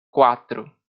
quatro